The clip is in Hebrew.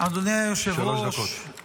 אינה נוכחת, חבר הכנסת אלון שוסטר, אינו נוכח.